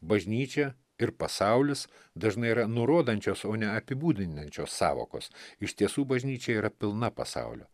bažnyčia ir pasaulis dažnai yra nurodančios o ne apibūdinančios sąvokos iš tiesų bažnyčia yra pilna pasaulio